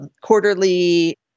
quarterly